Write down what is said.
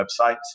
websites